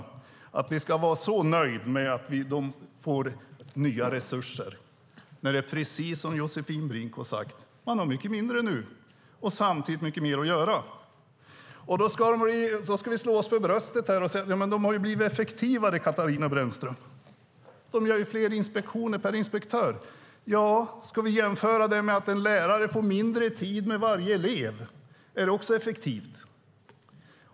Man säger att vi ska vara så nöjda med att de får nya resurser, när det precis som Josefin Brink har sagt är mycket mindre nu och samtidigt mycket mer att göra. Då slår man sig för bröstet och säga att de har blivit effektivare - de gör ju fler inspektioner per inspektör. Ska vi jämföra det med att en lärare får mindre tid med varje elev? Är det också effektivt?